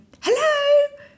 hello